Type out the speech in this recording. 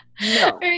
No